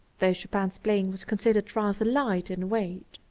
though chopin's playing was considered rather light in weight.